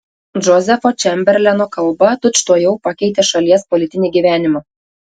džozefo čemberleno kalba tučtuojau pakeitė šalies politinį gyvenimą